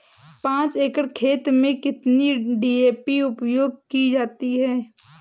पाँच एकड़ खेत में कितनी डी.ए.पी उपयोग की जाती है?